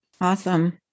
Awesome